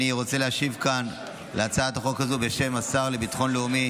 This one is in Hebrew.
אני רוצה להשיב כאן ע להצעת החוק הזאת בשם השר לביטחון לאומי,